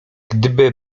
gdyby